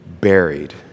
buried